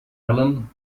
ellen